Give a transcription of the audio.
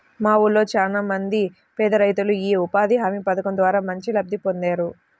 మా ఊళ్ళో చానా మంది పేదరైతులు యీ ఉపాధి హామీ పథకం ద్వారా మంచి లబ్ధి పొందేరు